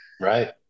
right